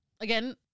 Again